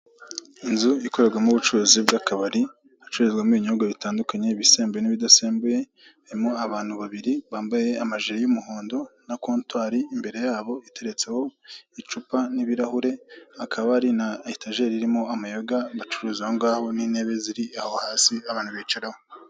Inzu ikorerwamo ubucuruzi bw'akabari, hacururizwamo ibinyobwa bitandukanye, ibisembuye n'ibidasembuye, harimo abantu babiri bambaye amajire y'umuhondo, na kontwari imbere yabo iteretseho icupa n'ibirahure, hakaba hari na etajeri irimo amayoga bacuruza aho ngaho n'intebe ziri aho hasi abantu bicaraho.